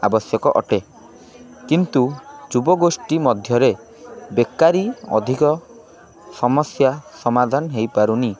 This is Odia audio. ଆବଶ୍ୟକ ଅଟେ କିନ୍ତୁ ଯୁବଗୋଷ୍ଠୀ ମଧ୍ୟରେ ବେକାରି ଅଧିକ ସମସ୍ୟା ସମାଧାନ ହେଇପାରୁନି